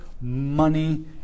money